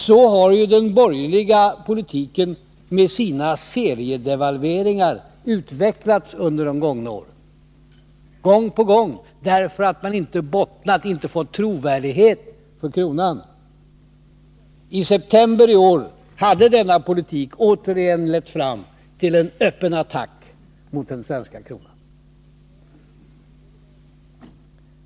Så har ju den borgerliga politiken med sina seriedevalveringar utvecklats under de gångna sex åren — gång på gång därför att man inte fått trovärdighet för kronan. I september i år hade denna politik återigen lett fram till en öppen attack mot den svenska kronan.